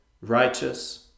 righteous